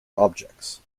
objects